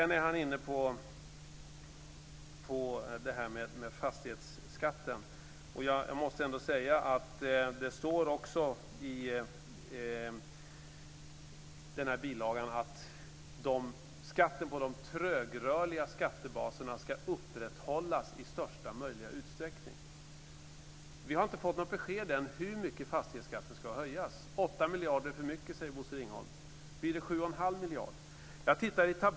När det gäller fastighetsskatten står det i bilagan att skatten på de trögrörliga skattebaserna ska upprätthållas i största möjliga utsträckning. Vi har ännu inte fått något besked om hur mycket fastighetsskatten ska höjas. 8 miljarder är för mycket, säger Bosse Ringholm. Blir det 7 1⁄2 miljard?